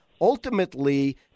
Ultimately